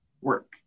work